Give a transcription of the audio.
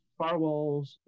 firewalls